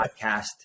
podcast